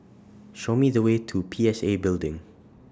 Show Me The Way to P S A Building